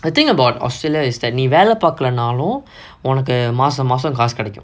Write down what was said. I thing about australia is that நீ வேல பாக்கலனாலு ஒனக்கு மாச மாசோ காசு கெடைக்கும்:nee vela paakalanaalu onakku maasa maaso kaasu kedaikum